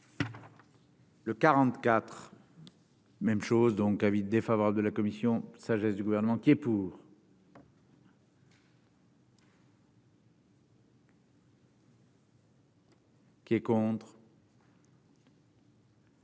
Le 44 E même chose donc avis défavorable de la commission sagesse du gouvernement qui est pour. Il est adapté,